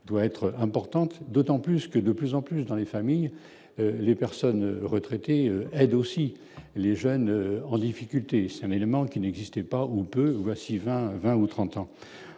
doit être importante, d'autant plus que de plus en plus dans les familles, les personnes retraitées aident aussi les jeunes en difficulté, c'est un élément qui n'existaient pas ou peu voici 20 20 ou 30 ans,